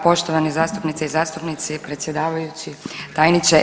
Poštovane zastupnice i zastupnici, predsjedavajući, tajniče.